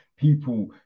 people